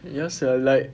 ya sia like